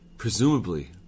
Presumably